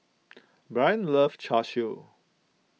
Blain loves Char Siu